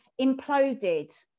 imploded